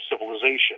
civilization